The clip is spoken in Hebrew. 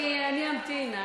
אני אמתין.